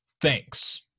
thanks